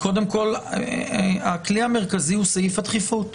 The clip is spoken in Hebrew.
קודם כל, הכלי המרכזי הוא סעיף הדחיפות.